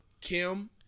Kim